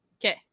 Okay